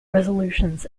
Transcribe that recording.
resolutions